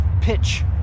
pitch